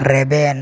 ᱨᱮᱵᱮᱱ